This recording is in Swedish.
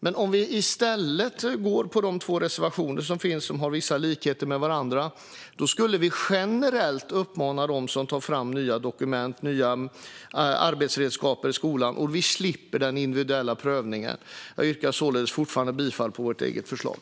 Men om vi i stället går på de två reservationer som finns, som har vissa likheter med varandra, skulle vi generellt uppmana dem som tar fram nya dokument och nya arbetsredskap i skolan att göra detta. Då slipper vi den individuella prövningen. Jag yrkar således fortfarande bifall till vårt förslag.